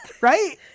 Right